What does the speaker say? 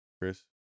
Chris